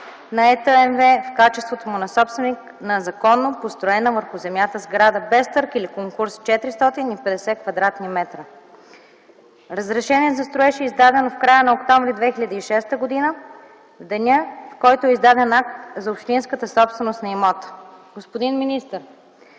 на ЕТ „МВ” в качеството му на собственик на законно построена върху земята сграда без търг или конкурс 450 кв.м. Разрешение за строеж е издадено в края на м. октомври 2006 г. – в деня, в който е издаден актът за общинската собственост на имота. Господин министър,